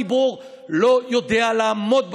אלה גזרות שהציבור לא יודע לעמוד בהן.